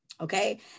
okay